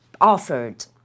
offered